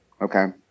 Okay